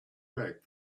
back